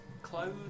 Clothes